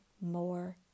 more